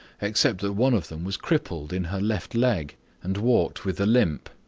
except that one of them was crippled in her left leg and walked with a limp.